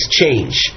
change